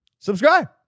Subscribe